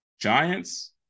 giants